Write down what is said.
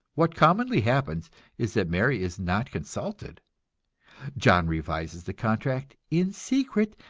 what commonly happens is that mary is not consulted john revises the contract in secret,